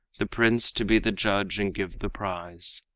the prince to be the judge and give the prize.